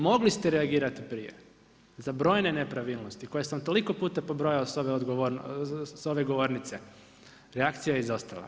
Mogli ste reagirati prije, za brojne nepravilnosti, koje sam toliko puta pobrojao sa ove govornice, reakcija je izostala.